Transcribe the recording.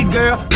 girl